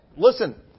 Listen